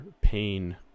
pain